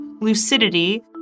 lucidity